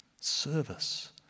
service